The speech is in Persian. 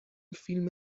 فیلم